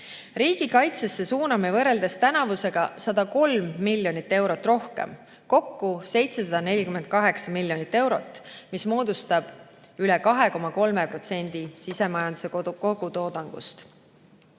Riigikaitsesse suuname võrreldes tänavusega 103 miljonit eurot rohkem, kokku 748 miljonit eurot, mis moodustab üle 2,3% sisemajanduse kogutoodangust.